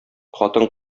хатын